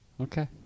Okay